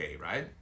right